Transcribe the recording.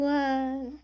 one